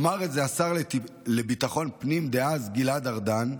אמר את זה השר לביטחון פנים דאז גלעד ארדן,